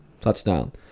touchdown